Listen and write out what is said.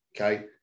Okay